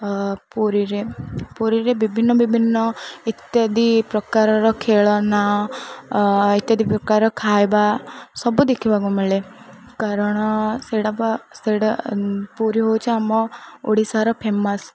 ପୁରୀରେ ପୁରୀରେ ବିଭିନ୍ନ ବିଭିନ୍ନ ଇତ୍ୟାଦି ପ୍ରକାରର ଖେଳନା ଇତ୍ୟାଦି ପ୍ରକାର ଖାଇବା ସବୁ ଦେଖିବାକୁ ମିଳେ କାରଣ ସେଇଟା ତ ସେଇଟା ପୁରୀ ହେଉଛି ଆମ ଓଡ଼ିଶାର ଫେମସ